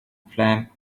flame